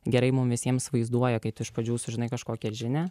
gerai mum visiems vaizduoja kai tu iš pradžių sužinai kažkokią žinią